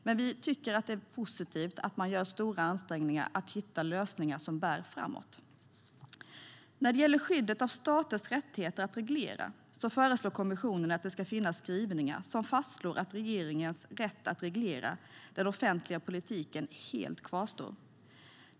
Men vi tycker att det är positivt att man gör stora ansträngningar för att hitta lösningar som bär framåt. När det gäller skyddet av staters rättigheter att reglera föreslår kommissionen att det ska finnas skrivningar som fastslår att regeringars rätt att reglera den offentliga politiken helt kvarstår.